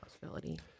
possibility